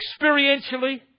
experientially